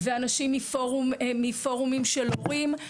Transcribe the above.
ואנשים מפורומים של הורים.